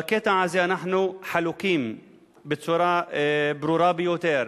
בקטע הזה אנחנו חלוקים בצורה ברורה ביותר.